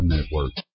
Network